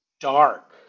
dark